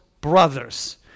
brothers